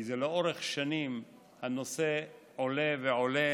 כי לאורך שנים הנושא עולה ועולה.